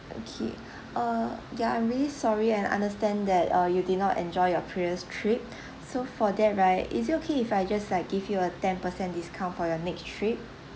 okay uh yeah I'm really sorry and I understand that uh you did not enjoy your previous trip so for that right is it okay if I just like give you a ten percent discount for your next trip